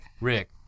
Rick